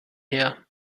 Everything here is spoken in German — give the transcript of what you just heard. her